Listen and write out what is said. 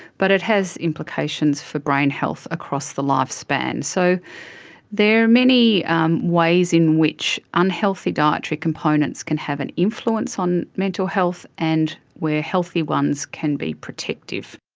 but it has implications for brain health across the lifespan. so there are many um ways in which unhealthy dietary components can have an influence on mental health and where healthy ones can be protective.